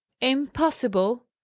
impossible